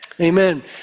Amen